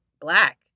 Black